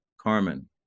carmen